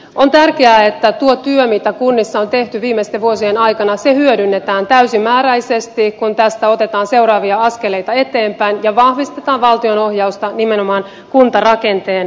on tärkeää että tuo työ mitä kunnissa on tehty viimeisten vuosien aikana hyödynnetään täysimääräisesti kun tästä otetaan seuraavia askeleita eteenpäin ja vahvistetaan valtionohjausta nimenomaan kuntarakenteen osalta